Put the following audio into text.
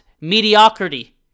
mediocrity